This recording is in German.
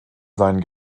seinen